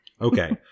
Okay